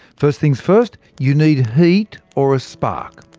first things first, you need heat, or a spark.